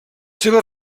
seves